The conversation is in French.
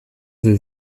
veux